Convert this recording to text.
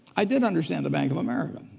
i did understand the bank of america.